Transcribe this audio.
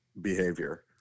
behavior